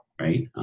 right